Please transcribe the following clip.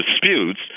disputes